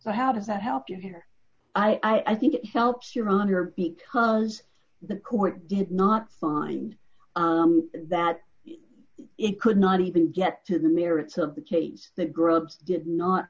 but how does that help you here i think it helps your honor because the court did not find that it could not even get to the merits of the case the grub's did not